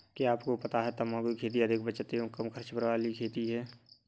क्या आपको पता है तम्बाकू की खेती अधिक बचत एवं कम खर्च वाली खेती है?